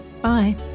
Bye